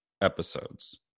episodes